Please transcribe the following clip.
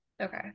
okay